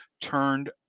turned